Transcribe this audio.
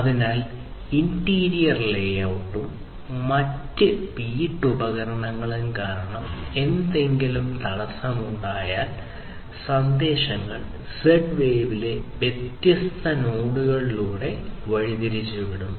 അതിനാൽ ഇന്റീരിയർ ലേഔട്ടും മറ്റ് വീട്ടുപകരണങ്ങളും കാരണം എന്തെങ്കിലും തടസ്സമുണ്ടായാൽ സന്ദേശങ്ങൾ Z വേവിലെ വ്യത്യസ്ത നോഡുകളിലൂടെ വഴിതിരിച്ചുവിടുന്നു